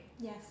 Yes